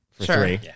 Sure